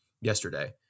yesterday